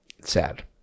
Sad